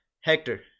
Hector